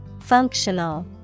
Functional